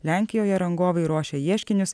lenkijoje rangovai ruošia ieškinius